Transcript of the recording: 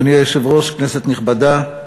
אדוני היושב-ראש, כנסת נכבדה,